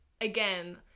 again